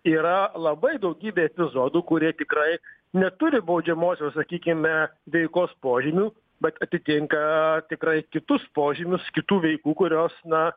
yra labai daugybė epizodų kurie tikrai neturi baudžiamosios sakykime veikos požymių bet atitinka tikrai kitus požymius kitų veikų kurios na